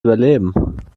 überleben